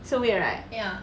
so weird right